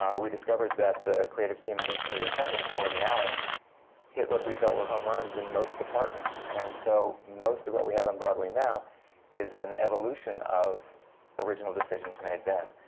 um we discovered that the creative team initially assembled for the alley hit what we felt were home runs in most departments. and so, most of what we have on broadway now is an evolution of original decisions made then.